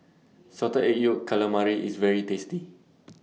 Salted Egg Yolk Calamari IS very tasty